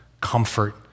comfort